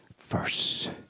verse